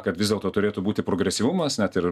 kad vis dėlto turėtų būti progresyvumas net ir